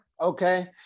Okay